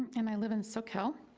and i live in socal.